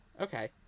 Okay